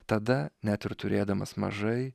tada net ir turėdamas mažai